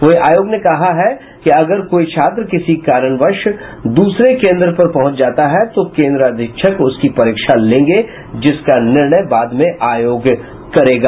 वहीं आयोग ने कहा है कि अगर कोई छात्र किसी कारणवश दूसरे केंद्र पर पहुंच जाता है तो केंद्राधीक्षक उसकी परीक्षा लेंगे जिसका निर्णय बाद में आयोग करेगा